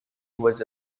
was